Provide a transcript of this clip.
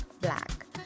black